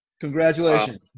Congratulations